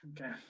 Okay